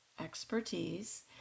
expertise